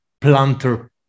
planter